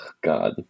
God